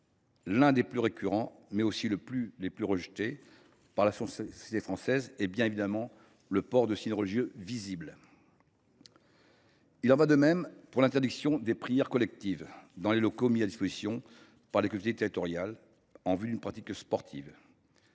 l’un des plus récurrents et des plus largement rejetés par la société française est évidemment le port de signes religieux visibles. Il en va de même de l’interdiction des prières collectives dans les locaux mis à disposition par les collectivités territoriales en vue d’une pratique sportive,